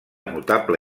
notable